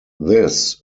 this